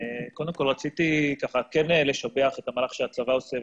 קודם כל רציתי כן לשבח את המהלך שהצבא עושה,